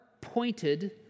pointed